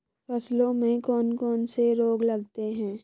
फसलों में कौन कौन से रोग लगते हैं?